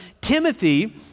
Timothy